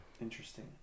Interesting